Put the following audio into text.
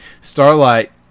Starlight